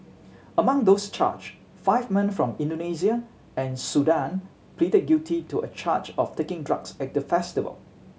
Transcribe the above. among those charged five men from Indonesia and Sudan pleaded guilty to a charge of taking drugs at the festival